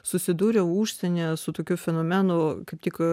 susidūriau užsienyje su tokiu fenomenu kaip tik